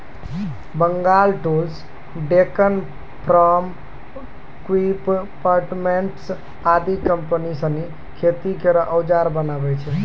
Bengal tools, Deccan farm equipments आदि company सिनी खेती केरो औजार बनावै छै